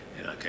Okay